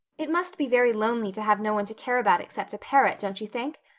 it must be very lonely to have no one to care about except a parrot, don't you think?